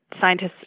scientists